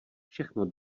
všechno